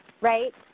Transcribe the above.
right